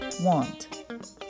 want